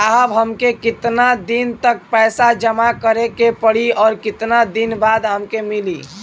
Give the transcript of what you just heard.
साहब हमके कितना दिन तक पैसा जमा करे के पड़ी और कितना दिन बाद हमके मिली?